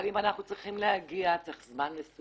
אבל אם אנחנו צריכים להגיע, צריך זמן מסוים.